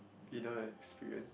inner experience